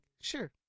sure